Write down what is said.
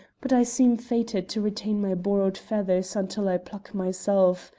but i seem fated to retain my borrowed feathers until i pluck myself.